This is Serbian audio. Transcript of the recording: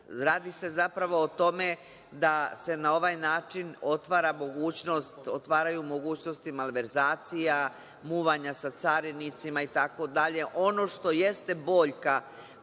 se zapravo o tome da se na ovaj način otvaraju mogućnosti malverzacija, muvanja sa carinicima itd. Ono što jeste boljka